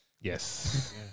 yes